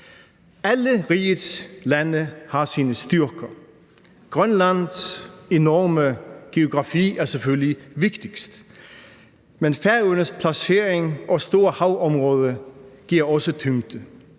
Alle rigets lande har deres styrker. Grønlands enorme geografi er selvfølgelig vigtigst, men Færøernes placering og store havområde giver også tyngde,